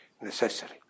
necessary